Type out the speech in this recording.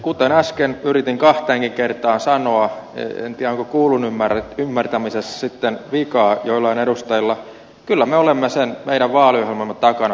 kuten äsken yritin kahteenkin kertaan sanoa en tiedä onko kuullun ymmärtämisessä sitten vikaa joillain edustajilla kyllä me olemme sen meidän vaaliohjelmamme takana täysin